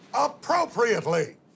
appropriately